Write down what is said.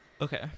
Okay